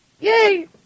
Yay